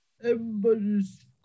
everybody's